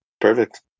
Perfect